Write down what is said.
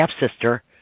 half-sister